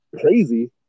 Crazy